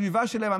הסביבה שלהם,